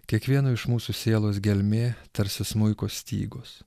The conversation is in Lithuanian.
kiekvieno iš mūsų sielos gelmė tarsi smuiko stygos